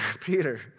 Peter